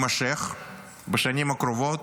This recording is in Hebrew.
יימשך בשנים הקרובות,